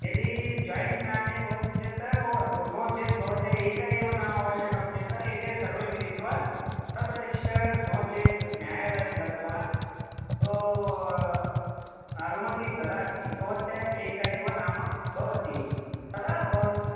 यदि जोयिण्ट् नाम भवति चेत् भवतु नो चेत् भवत्या एकम् एव नाम अवश्यकं चेत् एते सर्वे मिलित्वा सब् रिजिस्टर् नो चेत् न्यायालयं गत्वा सो अनुमतिं ददाति भवत्याः एकम् एव नाम भवति तदा भवति